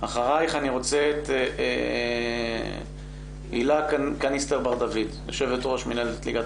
אני אגיד שהיום בישראל יש שלוש ליגות